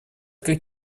как